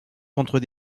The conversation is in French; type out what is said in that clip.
contre